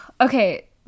Okay